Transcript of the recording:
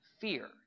fear